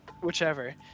whichever